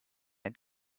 and